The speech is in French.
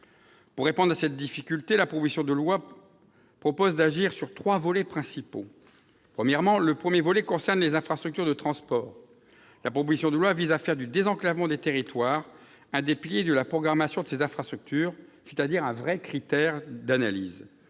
Pour répondre à cette difficulté, la proposition de loi prévoit trois axes d'action principaux. Le premier volet porte sur les infrastructures de transport. La proposition de loi vise à faire du désenclavement des territoires l'un des piliers de la programmation de ces infrastructures, c'est-à-dire un véritable critère d'analyse.